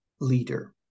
leader